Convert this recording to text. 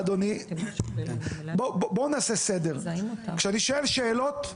בואו נעשה סדר, כשאני שואל שאלות,